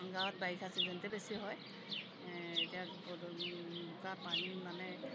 গাঁৱত বাৰিষা চিজনতে বেছি হয় এতিয়া বোকা পানী মানে